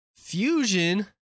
fusion